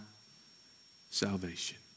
salvation